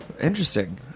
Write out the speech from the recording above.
Interesting